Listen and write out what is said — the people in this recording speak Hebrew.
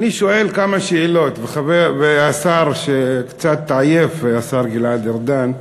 אני שואל כמה שאלות, והשר גלעד ארדן,